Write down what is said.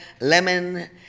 lemon